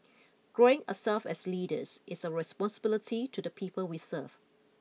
growing ourselves as leaders is our responsibility to the people we serve